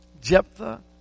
Jephthah